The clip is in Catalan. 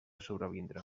sobrevindre